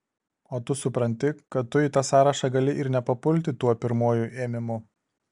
o tu supranti kad tu į tą sąrašą gali ir nepapulti tuo pirmuoju ėmimu